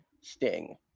Sting